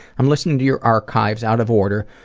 i'm listening to your archives out of order,